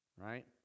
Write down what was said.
right